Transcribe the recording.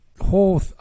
whole